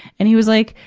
and he was like,